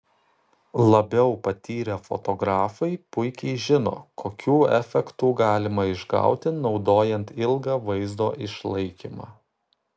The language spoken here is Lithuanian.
labiau patyrę fotografai puikiai žino kokių efektų galima išgauti naudojant ilgą vaizdo išlaikymą